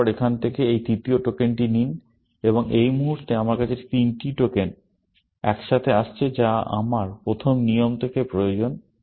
তারপর এখান থেকে এই তৃতীয় টোকেনটি নিন এবং এই মুহুর্তে আমার কাছে তিনটি টোকেন একসাথে আসছে যা আমার প্রথম নিয়ম থেকে প্রয়োজন